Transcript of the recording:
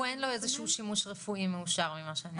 הוא אין לו איזה שהוא שימוש רפואי מאושר ממה שאני מבינה?